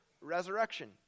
resurrection